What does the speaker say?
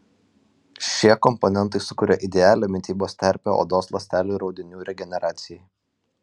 šie komponentai sukuria idealią mitybos terpę odos ląstelių ir audinių regeneracijai